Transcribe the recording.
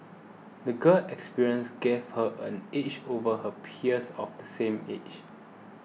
the girl's experiences gave her an edge over her peers of the same age